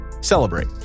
celebrate